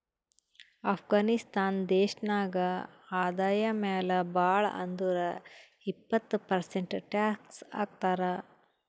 ಅಫ್ಘಾನಿಸ್ತಾನ್ ದೇಶ ನಾಗ್ ಆದಾಯ ಮ್ಯಾಲ ಭಾಳ್ ಅಂದುರ್ ಇಪ್ಪತ್ ಪರ್ಸೆಂಟ್ ಟ್ಯಾಕ್ಸ್ ಹಾಕ್ತರ್